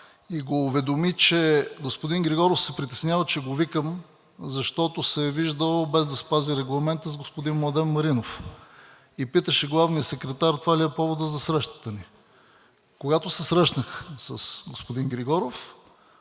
и го уведоми, че господин Григоров се притеснява, че го викам, защото се е виждал, без да спази регламента, с господин Младен Маринов и питаше главния секретар: „Това ли е поводът за срещата ни?“ Когато се срещнах с господин Григоров,